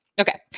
okay